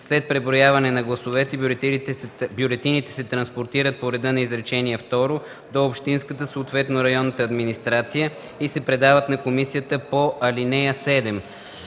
След преброяването на гласовете бюлетините се транспортират по реда на изречение второ до общинската, съответно районната администрация и се предават на комисията по ал. 7.”